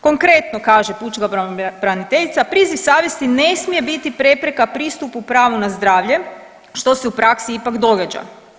Konkretno, kaže pučka pravobraniteljica, priziv savjesti ne smije biti prepreka pristupu pravu na zdravlje što se u praksi ipak događa.